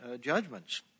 judgments